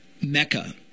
Mecca